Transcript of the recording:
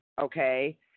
okay